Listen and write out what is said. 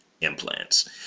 Implants